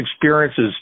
experiences